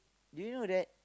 do you know that